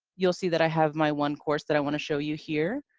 you'll see that i have my one course that i want to show you, here.